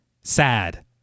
sad